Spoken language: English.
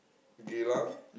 Geylang